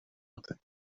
nothing